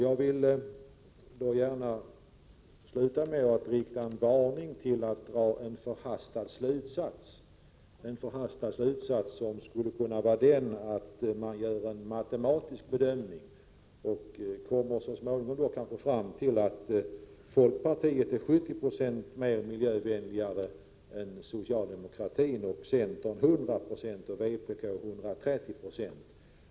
Jag vill till slut framföra en varning mot en förhastad slutsats baserad på en rent matematisk bedömning, dvs. att folkpartiet är 70 96, centern 100 22 och vpk 130 20 miljövänligare än socialdemokraterna.